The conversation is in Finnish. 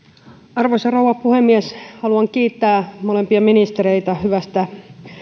arvoisa rouva puhemies haluan kiittää molempia ministereitä hyvästä